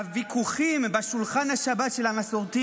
הוויכוחים בשולחן השבת של המסורתי